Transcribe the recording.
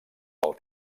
pel